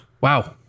Wow